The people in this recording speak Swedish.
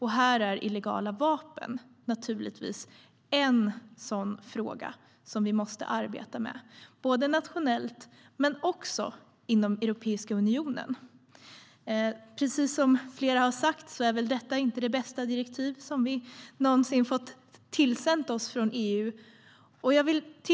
Här är givetvis illegala vapen en fråga vi måste arbeta med, både nationellt och inom Europeiska unionen. Precis som flera har sagt är detta inte det bästa direktiv vi fått tillsänt oss från EU.